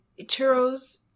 churros